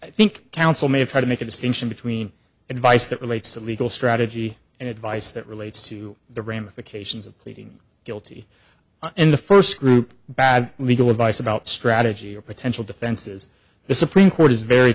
i think counsel may try to make a distinction between advice that relates to legal strategy and advice that relates to the ramifications of pleading guilty in the first group bad legal advice about strategy or potential defenses the supreme court is very